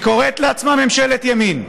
והיא קוראת לעצמה ממשלת ימין.